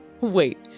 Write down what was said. Wait